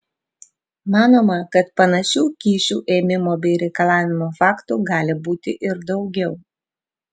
manoma kad panašių kyšių ėmimo bei reikalavimo faktų gali būti ir daugiau